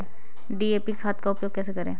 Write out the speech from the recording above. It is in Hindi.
डी.ए.पी खाद का उपयोग कैसे करें?